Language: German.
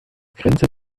grenze